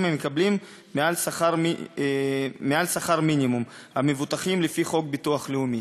המקבלים מעל לשכר מינימום המבוטחים לפי חוק ביטוח לאומי.